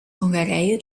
hongarije